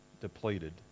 depleted